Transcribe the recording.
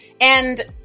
and-